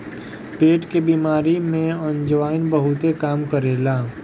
पेट के बेमारी में अजवाईन बहुते काम करेला